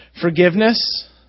Forgiveness